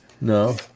No